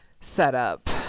setup